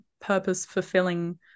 purpose-fulfilling